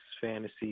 fantasy